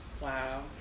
Wow